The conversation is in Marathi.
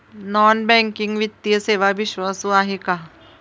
नॉन बँकिंग वित्तीय सेवा विश्वासू आहेत का?